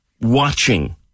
watching